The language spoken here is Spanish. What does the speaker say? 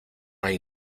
hay